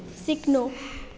सिक्नु